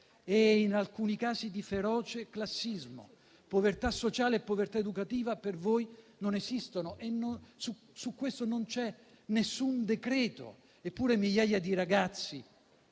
e, in alcuni casi, di feroce classismo. Povertà sociale e povertà educativa per voi non esistono e su questo non c'è nessun decreto. Eppure migliaia di ragazzi